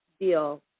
deal